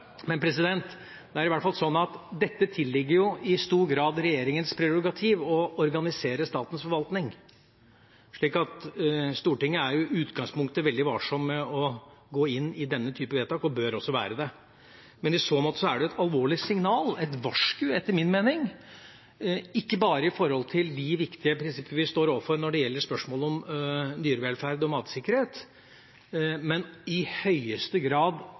Det er i hvert fall slik at det tilligger i stor grad regjeringens prerogativ å organisere statens forvaltning. Så Stortinget er i utgangspunktet veldig varsom med å gå inn i denne typen vedtak – og bør også være det. Men i så måte er det et alvorlig signal – et varsku, etter min mening – ikke bare når det gjelder de viktige prinsippene vi står overfor i spørsmålet om dyrevelferd og matsikkerhet, men i høyeste grad